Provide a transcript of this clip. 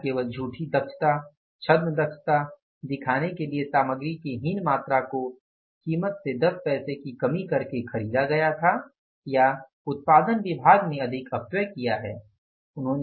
क्या केवल झूठी दक्षता छद्म दक्षता दिखाने के लिए सामग्री की हीन मात्रा को कीमत में 10 पैसे की कमी करके खरीदा गया था या उत्पादन विभाग ने अधिक अपव्यय किया है